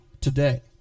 today